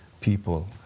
people